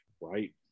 right